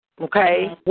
Okay